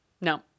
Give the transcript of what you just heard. No